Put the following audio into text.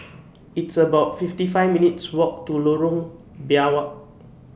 It's about fifty five minutes' Walk to Lorong Biawak